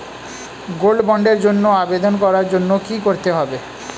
Gold বন্ডের জন্য আবেদন করার জন্য কি করতে হবে?